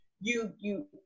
you—you